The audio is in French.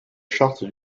charte